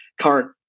current